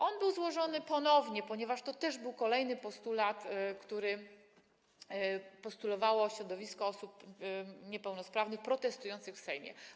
On był złożony ponownie, ponieważ był to też kolejny postulat, który zgłosiło środowisko osób niepełnosprawnych protestujących w Sejmie.